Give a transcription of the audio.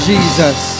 Jesus